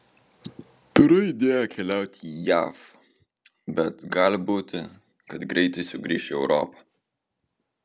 turiu idėją keliauti į jav bet gali būti kad greitai sugrįšiu į europą